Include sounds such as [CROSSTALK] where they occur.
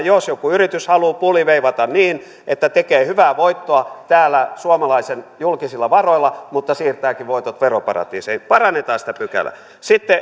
[UNINTELLIGIBLE] jos joku yritys haluaa puliveivata niin että tekee hyvää voittoa täällä suomalaisten julkisilla varoilla mutta siirtääkin voitot veroparatiiseihin parannetaan sitä pykälää